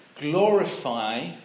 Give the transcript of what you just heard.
glorify